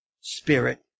spirit